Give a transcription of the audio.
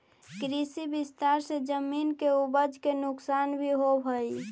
कृषि विस्तार से जमीन के उपज के नुकसान भी होवऽ हई